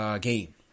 game